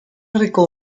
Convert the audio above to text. herriko